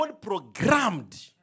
programmed